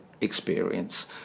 experience